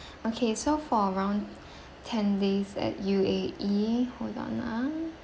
okay so for around ten days at U_A_E hold on ah